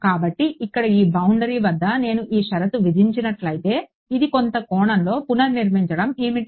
కాబట్టి ఇక్కడ ఈ బౌండరీ వద్ద నేను ఈ షరతు విధించినట్లయితే అది కొంత కోణంలో పునర్నిర్మించడం ఏమిటి